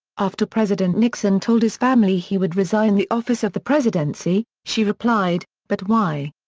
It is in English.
after president nixon told his family he would resign the office of the presidency, she replied, but why?